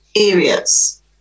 areas